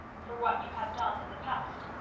for what you have done in the past,